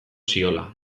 ziola